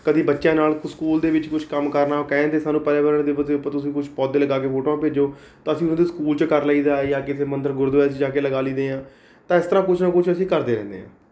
ਕਦੇ ਬੱਚਿਆਂ ਨਾਲ ਕ ਸਕੂਲ ਦੇ ਵਿੱਚ ਕੁਝ ਕੰਮ ਕਰਨਾ ਉਹ ਕਹਿ ਦਿੰਦੇ ਸਾਨੂੰ ਪਰਿਆਵਰਨ ਦਿਵਸ ਦੇ ਉੱਪਰ ਤੁਸੀਂ ਕੁਝ ਪੌਦੇ ਲਗਾ ਕੇ ਫੋਟੋਆਂ ਭੇਜੋ ਤਾਂ ਅਸੀਂ ਉਹਨਾਂ ਦੇ ਸਕੂਲ 'ਚ ਕਰ ਲਈਦਾ ਜਾਂ ਕਿਸੇ ਮੰਦਰ ਗੁਰਦੁਆਰੇ 'ਚ ਜਾ ਕੇ ਲਗਾ ਲਈ ਦੇ ਆ ਤਾਂ ਇਸ ਤਰ੍ਹਾਂ ਕੁਝ ਨਾ ਕੁਝ ਅਸੀਂ ਕਰਦੇ ਰਹਿੰਦੇ ਹਾਂ